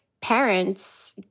parents